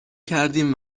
کردیم